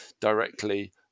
directly